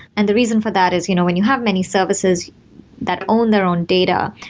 and the reason for that is you know when you have many services that own their own data,